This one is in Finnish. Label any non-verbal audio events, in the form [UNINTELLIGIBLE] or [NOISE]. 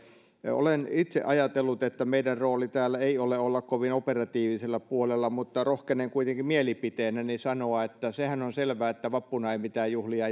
olen itse ajatellut että meidän roolimme täällä ei ole olla kovin operatiivisella puolella mutta rohkenen kuitenkin mielipiteenäni sanoa että sehän on selvää että vappuna ei mitään juhlia [UNINTELLIGIBLE]